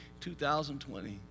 2020